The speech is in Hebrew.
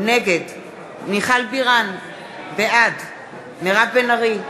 נגד מיכל בירן, בעד מירב בן ארי,